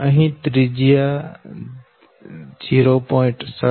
અહી ત્રિજ્યા 0